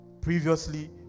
Previously